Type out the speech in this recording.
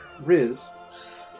Riz